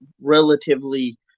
relatively